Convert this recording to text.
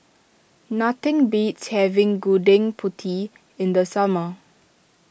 nothing beats having Gudeg Putih in the summer